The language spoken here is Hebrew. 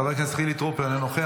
חבר הכנסת חילי טרופר אינו נוכח,